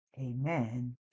amen